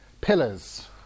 pillars